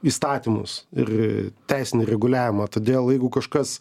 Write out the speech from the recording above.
įstatymus ir teisinį reguliavimą todėl jeigu kažkas